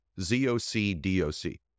Z-O-C-D-O-C